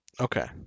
Okay